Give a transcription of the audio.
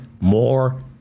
more